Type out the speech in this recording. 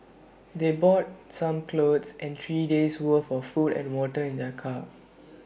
they brought some clothes and three days' worth of food and water in their car